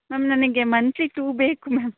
ma'am ನನಗೆ monthly two ಬೇಕು ma'am